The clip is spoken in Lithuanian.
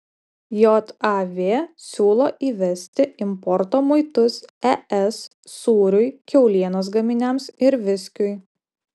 jav siūlo įvesti importo muitus es sūriui kiaulienos gaminiams ir viskiui